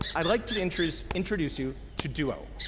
i'd like to to introduce introduce you to duo,